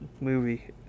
movie